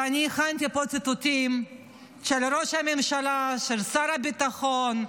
ואני הכנתי ציטוטים של ראש הממשלה, של שר הביטחון,